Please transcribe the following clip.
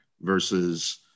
versus